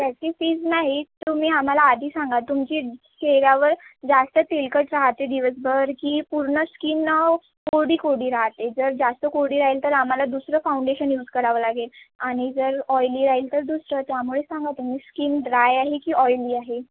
त्याची फीस नाही तुम्ही आम्हाला आधी सांगा तुमची चेहऱ्यावर जास्त तेलकट राहते दिवसभर की पूर्ण स्किन ना कोरडी कोरडी राहते जर जास्त कोरडी राहील तर आम्हाला दुसरं फाउंडेशन यूज करावं लागेल आणि जर ऑईली राहिल तर दुसरं त्यामुळे सांगा तुम्ही स्किन ड्राय आहे की ऑईली आहे